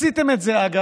עשיתם את זה, אגב,